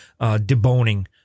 deboning